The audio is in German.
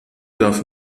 darf